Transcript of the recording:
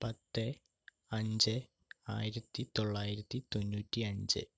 പത്ത് അഞ്ച് ആയിരത്തി തൊള്ളായിരത്തി തൊണ്ണൂറ്റി അഞ്ച്